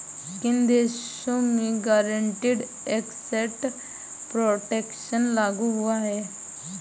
किन देशों में गारंटीड एसेट प्रोटेक्शन लागू हुआ है?